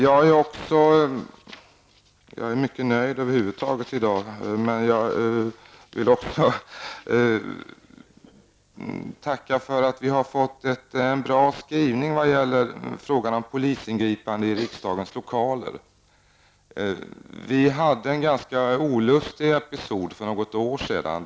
Jag är mycket nöjd i dag över huvud taget, men jag vill särskilt tacka för att vi har fått en bra skrivning vad gäller frågan om polisingripanden i riksdagens lokaler. Det inträffade en ganska olustig episod för något år sedan.